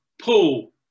Paul